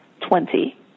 Twenty